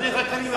רק אני מפריע לך?